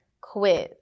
quiz